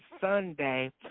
Sunday